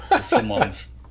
someone's